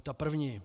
Ta první.